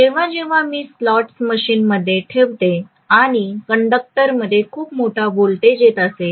जेव्हा जेव्हा मी स्लॉट्स मशीनमध्ये ठेवतो आणि कंडक्टरमध्ये खूप मोठा व्होल्टेज येत असेल